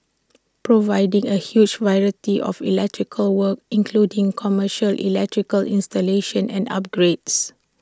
providing A huge variety of electrical work including commercial electrical installation and upgrades